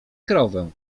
krowę